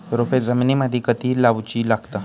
रोपे जमिनीमदि कधी लाऊची लागता?